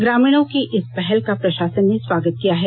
ग्रामीणों की इस पहल का प्रषासन ने स्वागत किया है